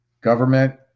Government